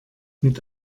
mit